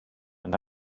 and